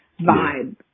vibe